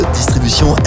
distribution